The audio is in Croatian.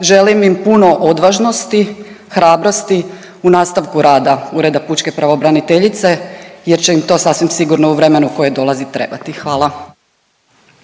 želim im puno odvažnosti, hrabrosti u nastavku rada Ureda pučke pravobraniteljice jer će im to sasvim sigurno u vremenu koje dolazi trebati. Hvala.